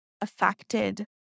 affected